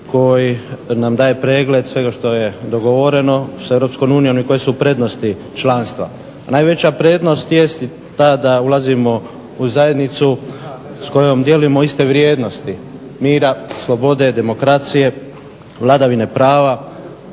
koji nam daje pregled svega što je dogovoreno sa Europskom unijom i koje su prednosti članstva. A najveća prednost jest ta da ulazimo u zajednicu s kojom dijelimo iste vrijednosti mira, slobode, demokracije, vladavine prava,